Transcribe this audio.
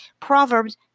Proverbs